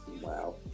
wow